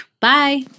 Bye